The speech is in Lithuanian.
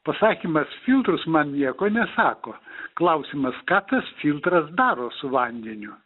pasakymas filtras man nieko nesako klausimas ką tas filtras daro su vandeniu